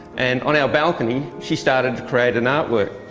and on our balcony she started to create an art work.